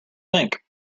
think